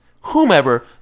whomever